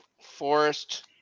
Forest